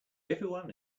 everyone